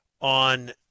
on